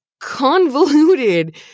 convoluted